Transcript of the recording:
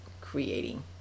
creating